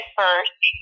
first